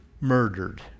murdered